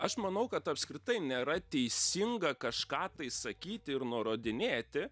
aš manau kad apskritai nėra teisinga kažką tai sakyti ir nurodinėti